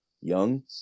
young